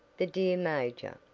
the dear major.